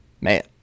Man